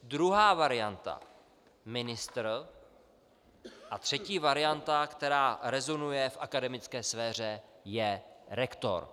Druhá varianta ministr, a třetí varianta, která rezonuje v akademické sféře, je rektor.